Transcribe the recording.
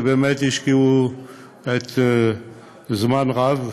שבאמת השקיעו זמן רב,